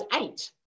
eight